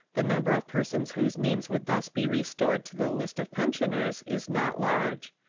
the number of persons whose names would thus be restored to the list of pensioners is not large.